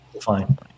fine